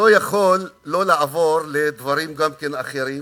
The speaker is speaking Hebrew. אני לא יכול שלא לעבור לדברים אחרים,